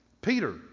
Peter